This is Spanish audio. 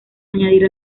añadir